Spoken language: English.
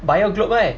buyer group right